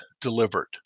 delivered